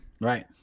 Right